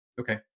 Okay